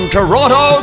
Toronto